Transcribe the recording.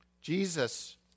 Jesus